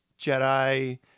Jedi